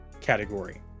category